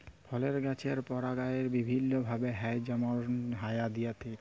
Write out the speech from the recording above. ফলের গাছের পরাগায়ল বিভিল্য ভাবে হ্যয় যেমল হায়া দিয়ে ইত্যাদি